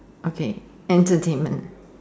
okay entertainment